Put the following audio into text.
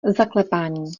zaklepání